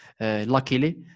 luckily